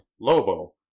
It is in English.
Lobo